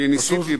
טוב, כי ניסיתי.